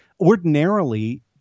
ordinarily